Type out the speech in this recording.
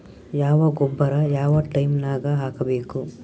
ಯಾವ ಗೊಬ್ಬರ ಯಾವ ಟೈಮ್ ನಾಗ ಹಾಕಬೇಕು?